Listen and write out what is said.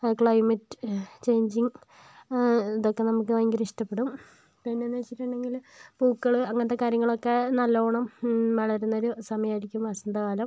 ആ climate changing ഇതൊക്കെ നമുക്ക് ഭയങ്കര ഇഷ്ടപ്പെടും പിന്നേന്ന് വെച്ചിട്ടുണ്ടെങ്കില് പൂക്കള് അങ്ങനത്തെ കാര്യങ്ങളൊക്കെ നല്ലോണം വളരുന്ന ഒരു സമയമായിരിക്കും വസന്തകാലം